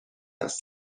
است